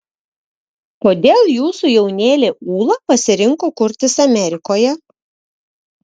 kodėl jūsų jaunėlė ūla pasirinko kurtis amerikoje